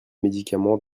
médicament